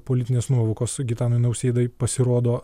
politinės nuovokos gitanui nausėdai pasirodo